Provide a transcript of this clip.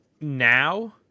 now